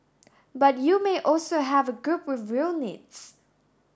but you may also have a group with real needs